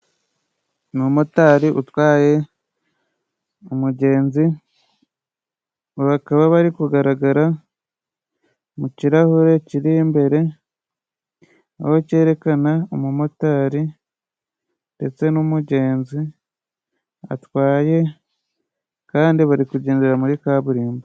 Umumotari utwaye umugenzi, bakaba bari kugaragara mu kirahure kiri imbere . Aho cyerekana umumotari ndetse n'umugenzi atwaye, kandi bari kugendera muri kaburimbo.